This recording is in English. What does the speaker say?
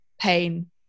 pain